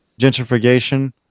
gentrification